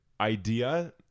idea